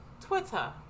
Twitter